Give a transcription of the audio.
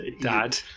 Dad